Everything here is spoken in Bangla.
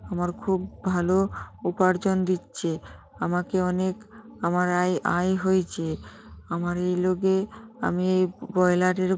আমার খুব ভালো উপার্জন দিচ্ছে আমাকে অনেক আমার আয় আয় হয়েছে আমার এই লোগে আমি এই ব্রয়লারের